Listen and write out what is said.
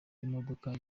imodoka